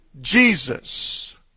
Jesus